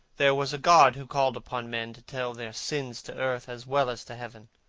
there was a god who called upon men to tell their sins to earth as well as to heaven.